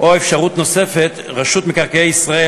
אפשרות נוספת היא שרשות מקרקעי ישראל,